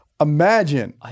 imagine